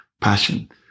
passion